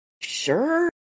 sure